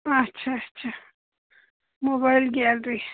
اچھا اچھا mobile gallery